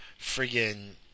Friggin